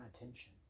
attention